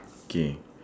K